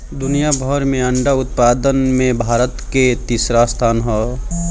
दुनिया भर में अंडा उत्पादन में भारत कअ तीसरा स्थान हअ